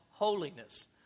Holiness